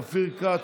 אופיר כץ,